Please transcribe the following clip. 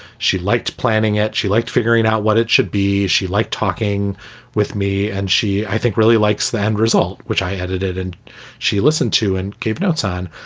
she liked planning it. she liked figuring out what it should be. she liked talking with me. and she, i think, really likes the end result, which i edited and she listened to and keep notes on.